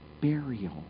burial